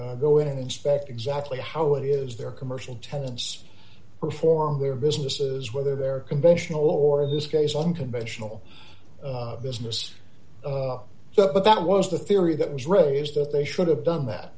go in and inspect exactly how it is their commercial tenants perform their businesses whether they're conventional or in this case on conventional business but that was the theory that was raised that they should have done that